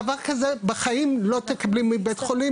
דבר כזה בחיים לא תקבלי מבית חולים,